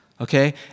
okay